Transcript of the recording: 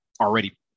already